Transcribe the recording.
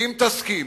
אם תסכים